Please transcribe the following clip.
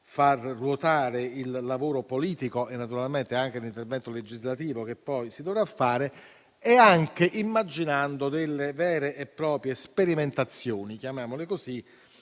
far ruotare il lavoro politico e naturalmente anche un intervento legislativo che poi si dovrà fare e anche immaginando delle vere e proprie sperimentazioni, chiamiamole così,